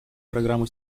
программу